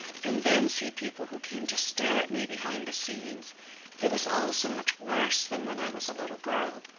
and then see people who came to stare at me behind the scenes it was all so much worse than when i was a little girl.